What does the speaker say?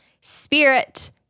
spirit